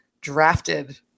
drafted